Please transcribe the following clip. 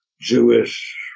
Jewish